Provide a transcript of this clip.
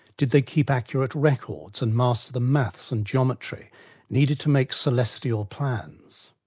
did they keep accurate records and master the maths and geometry needed to make celestial plans?